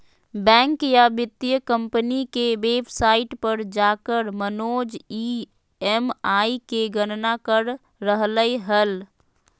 bank या वित्तीय company के वेबसाइट पर जाकर मनोज ई.एम.आई के गणना कर रहलय हल